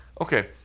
Okay